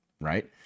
right